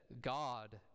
God